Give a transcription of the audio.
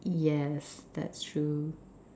yes that's true